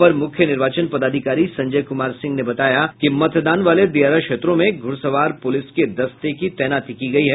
अपर मुख्य निर्वाचन पदाधिकारी संजय कुमार सिंह ने बताया कि मतदान वाले दियारा क्षेत्रों में घुड़सवार पुलिस के दस्ते की तैनाती की गई है